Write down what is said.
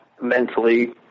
mentally